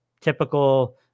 typical